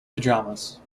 pajamas